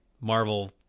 Marvel